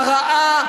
הרעה,